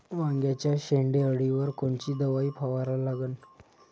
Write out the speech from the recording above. वांग्याच्या शेंडी अळीवर कोनची दवाई फवारा लागन?